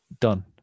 done